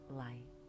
light